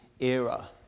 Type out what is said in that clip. era